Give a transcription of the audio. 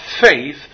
faith